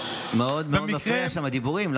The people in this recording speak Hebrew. מאוד מפריעים שם הדיבורים.